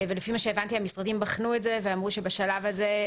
ולפי מה שהבנתי המשרדים בחנו את זה ואמרו שבשלב הזה,